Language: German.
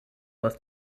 was